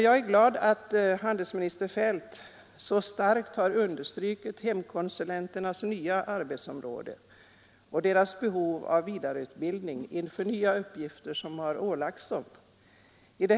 Jag är glad att handelsminister Feldt så starkt har understrukit hemkonsulenternas nya arbetsområden och deras behov av vidareutbildning inför nya uppgifter som ålagts dem.